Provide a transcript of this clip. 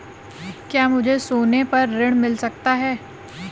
क्या मुझे सोने पर ऋण मिल सकता है?